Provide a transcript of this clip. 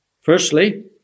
firstly